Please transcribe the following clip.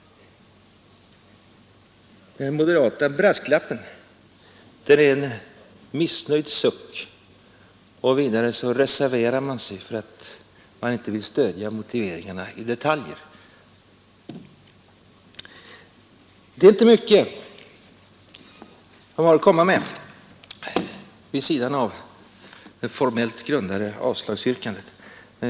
Den moderata brasklappen är en miss nöjd suck, och man reserverar sig där för att man inte vill stödja motiveringarna i detaljer. Det är inte mycket man har att komma med vid sidan av det formellt grundade avslagsyrkandet.